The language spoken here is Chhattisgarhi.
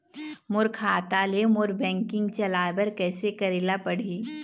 मोर खाता ले मोर बैंकिंग चलाए बर कइसे करेला पढ़ही?